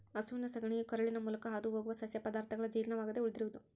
ಹಸುವಿನ ಸಗಣಿಯು ಕರುಳಿನ ಮೂಲಕ ಹಾದುಹೋಗುವ ಸಸ್ಯ ಪದಾರ್ಥಗಳ ಜೀರ್ಣವಾಗದೆ ಉಳಿದಿರುವುದು